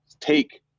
take